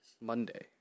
Monday